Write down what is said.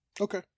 Okay